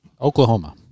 Oklahoma